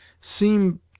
seem